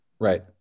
Right